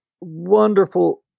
wonderful